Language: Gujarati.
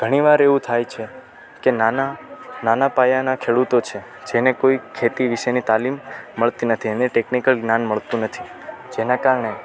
ઘણી વાર એવું થાય છે કે નાના નાના પાયાનાં ખેડૂતો છે જેને કોઈ ખેતી વિષેની તાલીમ મળતી નથી એને ટેકનિકલ જ્ઞાન મળતું નથી જેનાં કારણે